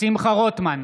שמחה רוטמן,